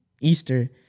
Easter